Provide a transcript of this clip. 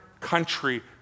country